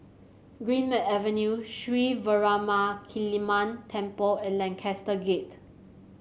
Greenmead Avenue Sri Veeramakaliamman Temple and Lancaster Gate